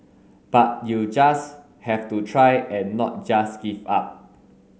but you just have to try and not just give up